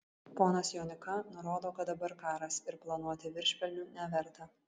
ponas jonika nurodo kad dabar karas ir planuoti viršpelnių neverta